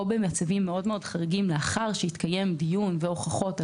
או במצבים מאוד מאוד חריגים לאחר שהתקיים דיון והוכחות,